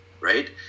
right